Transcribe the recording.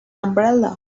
umbrella